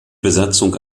besatzung